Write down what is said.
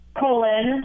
colon